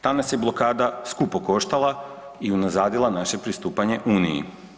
Ta nas je blokada skupo koštala i unazadila naše pristupanje uniji.